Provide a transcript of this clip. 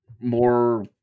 more